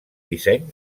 disseny